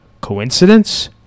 Coincidence